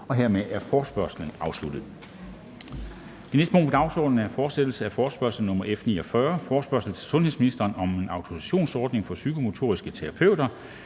Hermed er forespørgslen afsluttet. --- Det næste punkt på dagsordenen er: 2) Fortsættelse af forespørgsel nr. F 49 [afstemning]: Forespørgsel til sundhedsministeren om en autorisationsordning for psykomotoriske terapeuter.